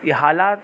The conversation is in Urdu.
یہ حالات